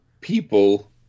people